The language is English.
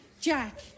Jack